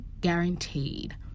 guaranteed